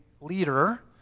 leader